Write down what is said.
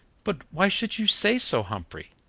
but why should you say so, humphrey?